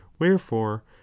Wherefore